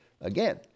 Again